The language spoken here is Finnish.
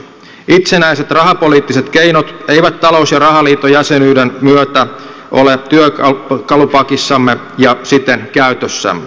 itsenäiset rahapoliittiset keinot eivät talous ja rahaliiton jäsenyyden myötä ole työkalupakissamme ja siten käytössämme